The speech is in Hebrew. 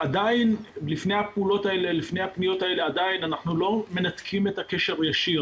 עדיין לפני הפניות האלה אנחנו לא מנתקים את הקשר הישיר,